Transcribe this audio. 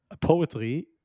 Poetry